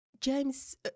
James